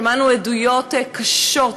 שמענו עדויות קשות,